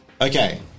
Okay